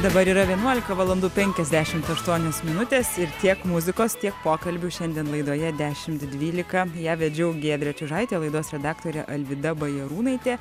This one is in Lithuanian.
dabar yra vienuolika valandų penkiasdešimt aštuonios minutės ir tiek muzikos tiek pokalbių šiandien laidoje dešimt dvylika ją vedžiau giedrė čiužaitė laidos redaktorė alvyda bajarūnaitė